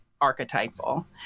archetypal